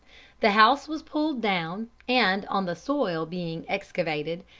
the house was pulled down, and, on the soil being excavated,